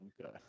Okay